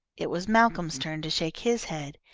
it was malcolm's turn to shake his head.